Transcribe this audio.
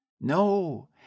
No